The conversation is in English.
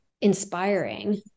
inspiring